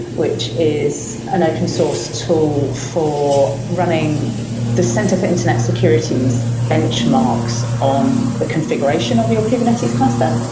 which is an open source tool for running the center for internet securities benchmarks on the configuration of your kubernetes cluster.